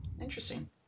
Interesting